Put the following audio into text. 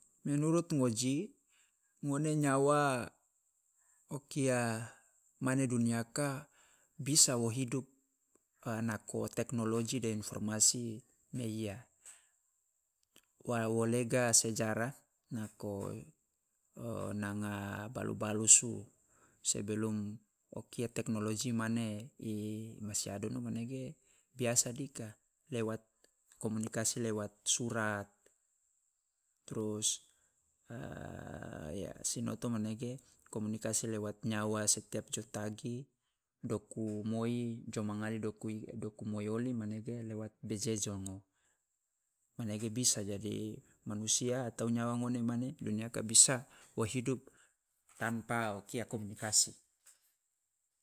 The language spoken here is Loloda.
Menurut ngoji ngone nyawa o kia mane duniaka bisa wo hidup nako teknologi de informasi meiya, wa wo lega sejarah nako i nanga balu balusu sebelum o kia teknologi mane i masi adono manege biasa dika, lewat komunikasi lewat surat, trus ya sinoto manege komunikasi lewat nyawa setiap jo tagi doku moi jo mangale doku doku mayolli manege lewat bejejongo manege bisa jadi manusia atau nyawa ngone mane duniaka bisa o hidup tanpa o kia komunikasi.